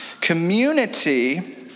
Community